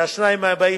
השניים הבאים,